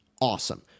Awesome